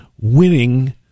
winning